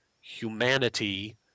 humanity